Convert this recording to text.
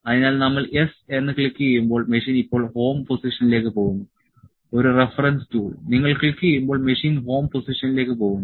അതിനാൽ നമ്മൾ യെസ് എന്ന് ക്ലിക്കുചെയ്യുമ്പോൾ മെഷീൻ ഇപ്പോൾ ഹോം പൊസിഷനിലേക്ക് പോകുന്നു ഒരു റഫറൻസ് ടൂൾ നിങ്ങൾ ക്ലിക്കുചെയ്യുമ്പോൾ മെഷീൻ ഹോം പൊസിഷനിലേക്ക് പോകുന്നു